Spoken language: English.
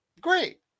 Great